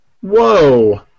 Whoa